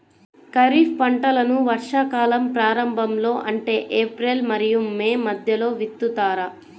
ఖరీఫ్ పంటలను వర్షాకాలం ప్రారంభంలో అంటే ఏప్రిల్ మరియు మే మధ్యలో విత్తుతారు